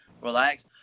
relax